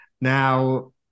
now